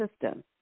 system